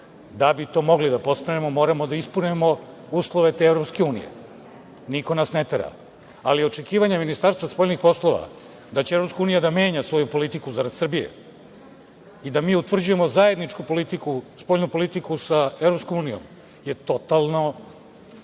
Da bi to mogli da postanemo, moramo da ispunimo uslove te EU. Niko nas ne tera, ali očekivanja Ministarstva spoljnih poslova da će EU da menja svoju politiku zarad Srbije, i da mi utvrđujemo zajedničku spoljnu politiku sa EU je totalno,